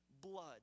blood